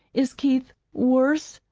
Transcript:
is keith worse?